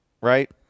right